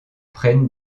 prennent